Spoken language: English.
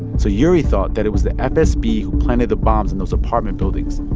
so yuri thought that it was the fsb who planted the bombs in those apartment buildings,